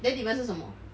then 你们是什么